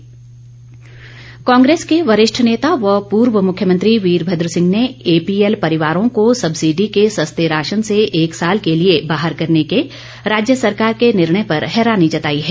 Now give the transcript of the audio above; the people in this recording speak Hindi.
वीरभद्र सिंह कांग्रेस के वरिष्ठ नेता व पूर्व मुख्यमंत्री वीरभद्र सिंह ने एपीएल परिवारों को सब्सिडी के सस्ते राशन से एक साल के लिए बाहर करने के राज्य सरकार के निर्णय पर हैरानी जताई है